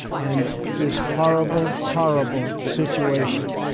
and this horrible, horrible situation.